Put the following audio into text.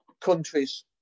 countries